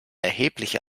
erheblich